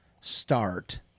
start